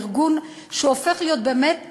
הארגון שהופך להיות באמת מגוחך,